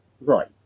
Right